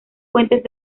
fuentes